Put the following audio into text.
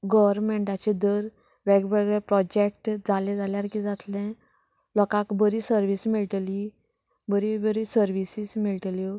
गोवरमेंटाचें दर वेगवेगळें प्रॉजॅक्ट जालें जाल्यार की जातलें लोकाक बरी सर्वीस मेळटली बरी बरी सर्विसीस मेळटल्यो